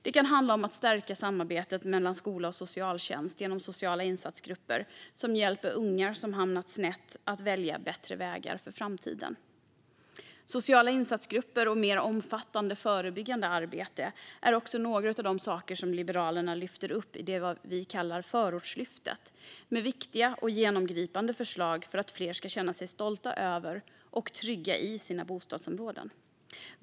Det kan handla om att stärka samarbetet mellan skola och socialtjänst genom sociala insatsgrupper som hjälper unga som hamnat snett att välja bättre vägar för framtiden. Sociala insatsgrupper och ett mer omfattande förebyggande arbete är också några av de saker som Liberalerna lyfter upp i det vi kallar Förortslyftet, med viktiga och genomgripande förslag för att fler ska känna sig stola över och trygga i sina bostadsområden.